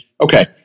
okay